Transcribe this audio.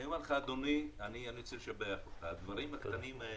אני רוצה לשבח אותך, הדברים הקטנים האלה